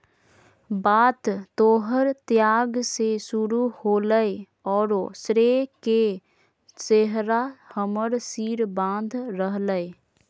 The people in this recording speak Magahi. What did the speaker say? बात तोहर त्याग से शुरू होलय औरो श्रेय के सेहरा हमर सिर बांध रहलय